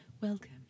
welcome